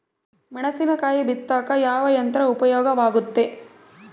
ಮೆಣಸಿನಕಾಯಿ ಬಿತ್ತಾಕ ಯಾವ ಯಂತ್ರ ಉಪಯೋಗವಾಗುತ್ತೆ?